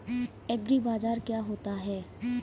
एग्रीबाजार क्या होता है?